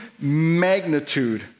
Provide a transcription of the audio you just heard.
magnitude